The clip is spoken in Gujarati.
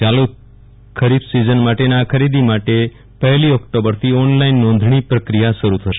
યાલુ સીઝન માટેના ખરીદી માટે પહેલી ઓક્ટોમ્બર થી ઓનલાઈન નોંધણી પ્રક્રિયા શરૂ થશે